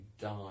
die